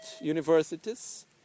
universities